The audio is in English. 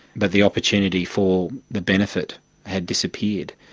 but the opportunity for the benefit had disappeared.